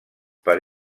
per